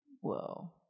Whoa